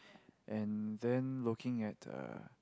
and then looking at the